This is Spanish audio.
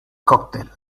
cóctel